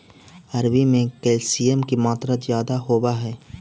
अरबी में कैल्शियम की मात्रा ज्यादा होवअ हई